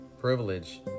privilege